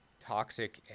toxic